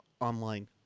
online